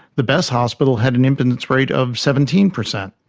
the best hospital had an impotence rate of seventeen percent.